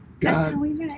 God